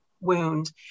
wound